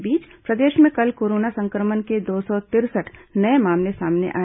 इस बीच प्रदेश में कल कोरोना संक्रमण के दो सौ तिरसठ नये मामले सामने आए